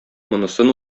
монысын